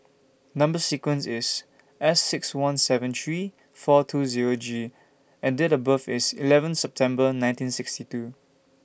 Number sequence IS S six one seven three four two Zero G and Date of birth IS eleven September nineteen sixty two